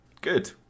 Good